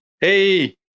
Hey